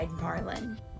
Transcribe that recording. Marlin